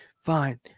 Fine